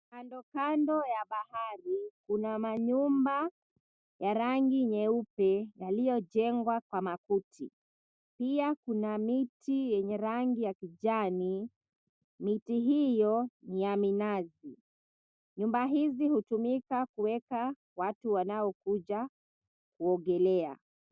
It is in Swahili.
Kando kando ya bahari kuna manyumba ya rangi nyeupe yaliyojengwa kwa makuti. Pia kuna miti yenye rangi ya kijani. Miti hiyo ni ya minazi. Nyumba hizi hutumika kuleta watu wanaokuja kuogelea.